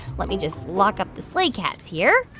let me just lock up the sleigh cats here